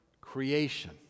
creation